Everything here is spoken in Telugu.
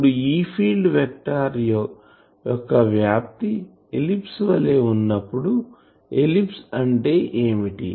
ఇప్పుడు E ఫీల్డ్ వెక్టార్ యొక్క వ్యాప్తి ఎలిప్స్ వలె ఉన్నప్పుడు ఎలిప్స్ అంటే ఏమిటి